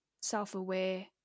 self-aware